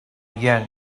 young